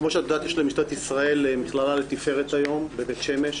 כמו שאת יודעת יש למשטרת ישראל מכללה לתפארת היום בבית שמש.